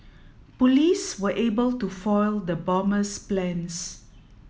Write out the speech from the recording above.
police were able to foil the bomber's plans